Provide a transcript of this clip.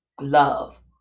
love